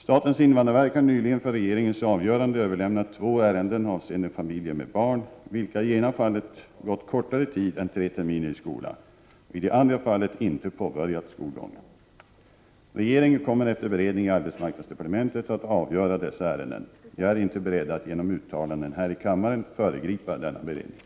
Statens invandrarverk har nyligen för regeringens avgörande överlämnat två ärenden avseende familjer med barn, vilka i ena fallet gått kortare tid än tre terminer i skola, och i det andra fallet inte påbörjat sin skolgång. Regeringen kommer efter beredning i arbetsmarknadsdepartementet att avgöra dessa ärenden. Jag är inte beredd att genom uttalanden här i kammaren föregripa denna beredning.